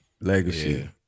Legacy